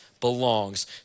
belongs